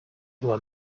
were